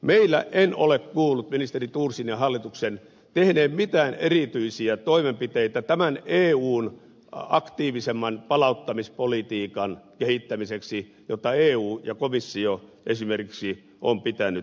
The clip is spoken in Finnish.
meillä en ole kuullut ministeri thorsin ja hallituksen tehneen mitään erityisiä toimenpiteitä tämän eun aktiivisemman palauttamispolitiikan kehittämiseksi jota eu ja komissio esimerkiksi ovat pitäneet tärkeänä